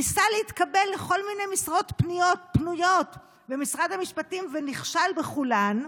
ניסה להתקבל לכל מיני משרות פנויות במשרד המשפטים ונכשל בכולן.